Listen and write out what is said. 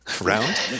round